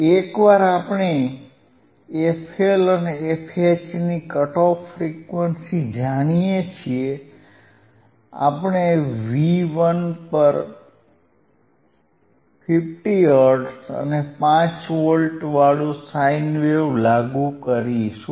એકવાર આપણે fL અને fHની કટ ઓફ ફ્રીક્વન્સી જાણીએ છીએ આપણે V1 પર 50 હર્ટ્ઝ અને 5 વોલ્ટ વાળું સાઇન વેવ લાગુ કરીશું